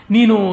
Nino